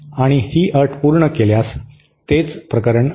आणि ही अट पूर्ण केल्यास तेच प्रकरण आहे